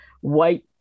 white